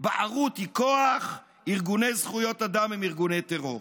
בערות היא כוח, ארגוני זכויות אדם הם ארגוני טרור.